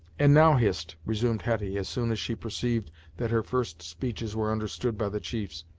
and, now, hist, resumed hetty, as soon as she perceived that her first speeches were understood by the chiefs,